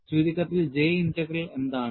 ചുരുക്കത്തിൽ J integral എന്താണ്